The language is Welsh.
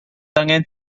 angen